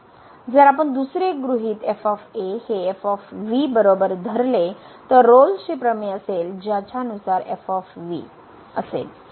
जर आपण दुसरे गृहीत f हे f बरोबर धरले तर हे रोलचे प्रमेय असेल ज्याच्यानुसार f ठीक आहे